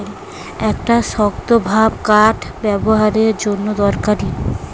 একটা শক্তভাব কাঠ ব্যাবোহারের জন্যে দরকারি